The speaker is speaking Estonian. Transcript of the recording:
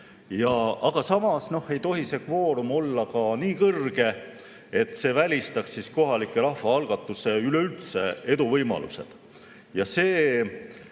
Samas ei tohi see kvoorum olla ka nii kõrge, et see välistaks kohalike rahvaalgatuste eduvõimalused